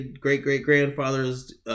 great-great-grandfather's